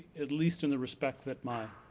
at least in the respect that my